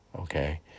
okay